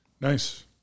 Nice